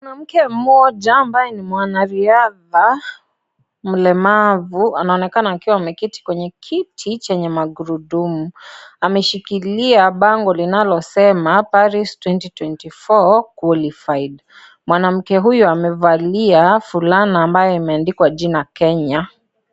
Mwanamke mmoja, ambaye ni mwanariadha, mlemavu anaonekana akiwa ameketi kwenye kiti chenye magurudumu. Ameshikilia bango linalosema, Paris 2024 qualified . Mwanamke huyo, amevalia vulana ambayo imeandikwa jina Kenya.